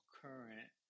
current